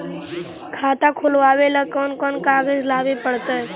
खाता खोलाबे ल कोन कोन कागज लाबे पड़तै?